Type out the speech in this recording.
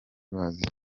bazi